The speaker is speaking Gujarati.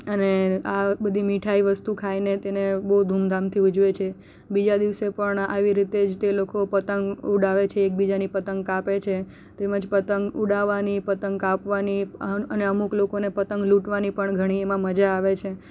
અને આ બધી મીઠાઈ વસ્તુ ખાઈને તેને બહુ ધૂમધામથી ઊજવે છે બીજા દિવસે પણ આવી રીતે જ તે લોકો પતંગ ઉડાવે છે એક બીજાની પતંગ કાપે છે તેમજ પતંગ ઉડાવવાની પતંગ કાપવાની અન અને અમુક લોકોને પતંગ લૂંટવાની પણ ઘણી એમાં મજા આવે છે